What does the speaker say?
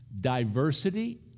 diversity